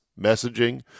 messaging